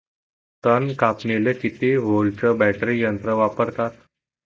तन कापनीले किती व्होल्टचं बॅटरी यंत्र वापरतात?